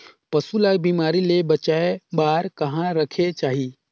पशु ला बिमारी ले बचाय बार कहा रखे चाही?